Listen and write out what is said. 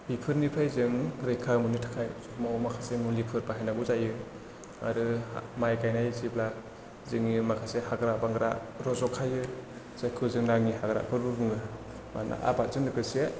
बेफोरनिफाय जों रैखा मोननो थाखाय समाव माखासे मुलिफोर बाहायनांगौ जायो आरो माइ गायनाय जेब्ला जोंनि माखासे हाग्रा बंग्रा रज'खायो जायखौ जों नाङि हाग्राफोरबो बुङो मानोना आबादजों लोगोसे